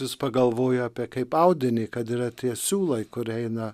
vis pagalvoju apie kaip audinį kad yra tie siūlai kurie eina